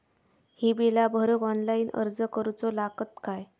ही बीला भरूक ऑनलाइन अर्ज करूचो लागत काय?